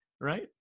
right